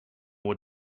what